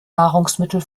nahrungsmittel